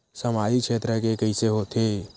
सामजिक क्षेत्र के कइसे होथे?